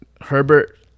Herbert